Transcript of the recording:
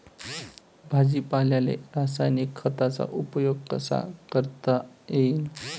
भाजीपाल्याले रासायनिक खतांचा उपयोग कसा करता येईन?